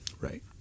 Right